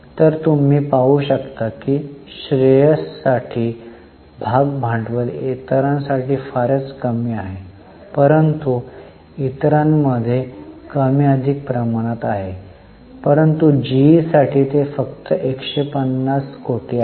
तर तुम्ही पाहु शकता की श्रेयससाठी भाग भांडवल इतरांसाठी फारच कमी आहे परंतु इतरांमध्ये कमी अधिक प्रमाणात आहे परंतु जीईसाठी ते फक्त 150 कोटी आहे